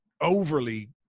overly